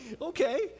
Okay